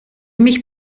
mich